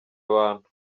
abantu